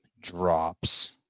Drops